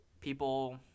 people